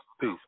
Peace